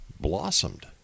blossomed